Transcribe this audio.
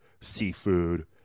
seafood